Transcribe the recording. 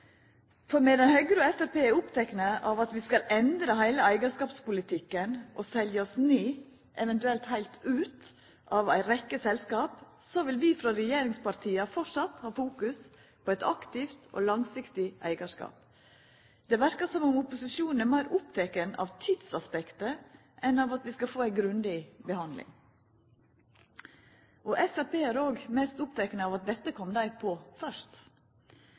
for medan Høgre og Framstegspartiet er opptekne av at vi skal endra heile eigarskapspolitikken og selja oss ned – eventuelt heilt ut – av ei rekkje selskap, vil vi frå regjeringspartia framleis fokusera på ein aktiv og langsiktig eigarskap. Det verkar som om opposisjonen er meir oppteken av tidsaspektet enn av at vi skal få ei grundig behandling. Framstegspartiet er mest oppteke av at dette kom dei på først.